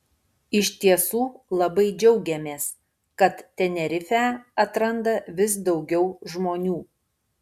iš tiesų labai džiaugiamės kad tenerifę atranda vis daugiau žmonių